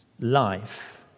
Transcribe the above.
life